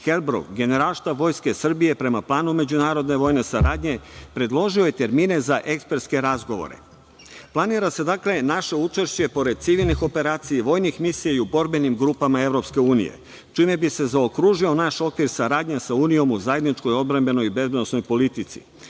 Helbrou, Generalštab Vojske Srbije prema planu međunarodne vojne saradnje predložio je termine za ekspertske razgovore. Planira se dakle naše učešće pored civilnih operacija i vojnih misija i u borbenim grupama EU, čime bi se zaokružio naš okvir saradnje sa EU u zajedničkoj odbrambenoj i bezbednosnoj politici. Zemlja